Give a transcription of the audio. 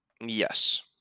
Yes